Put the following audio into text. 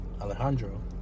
Alejandro